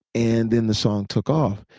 and then the song took off.